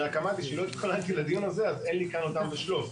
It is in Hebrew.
אני רק אמרתי שלא התכוננתי לדיון הזה אז אין לי כאן אותם "בשלוף".